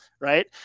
right